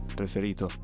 preferito